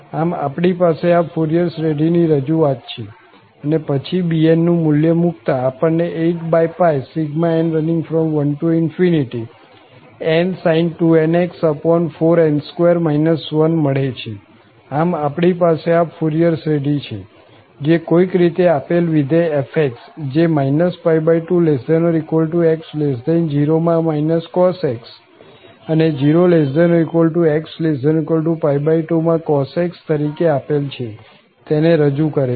આમ આપણી પાસે આ ફુરિયર શ્રેઢી ની રજૂઆત છે અને પછી bn નું મુલ્ય મુકતા આપણને 8n1nsin 2nx 4n2 1 મળે છે આમ આપણી પાસે આ ફુરિયર શ્રેઢી છે જે કોઈક રીતે આપેલ વિધેય f જે 2≤x0 માં cos x અને 0≤x≤2 માં cos x તરીકે આપેલ છે તેને રજૂ કરે છે